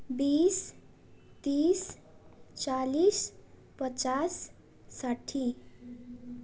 बिस तिस चालिस पचास साठी